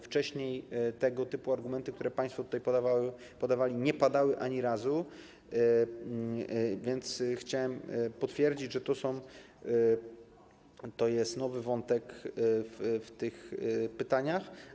Wcześniej tego typu argumenty, które państwo tutaj podawali, nie padały ani razu, więc chciałem potwierdzić, że to jest nowy wątek w tych pytaniach.